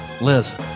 Liz